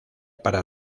para